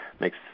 makes